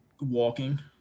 walking